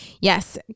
yes